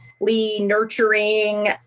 nurturing